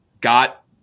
got